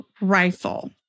rifle